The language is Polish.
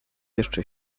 jeszcze